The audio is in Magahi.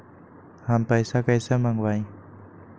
हम पैसा कईसे मंगवाई?